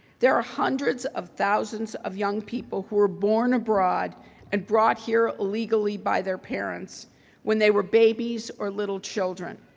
there are hundreds of thousands of young people who are born abroad and brought here illegally by their parents when they were babies or little children.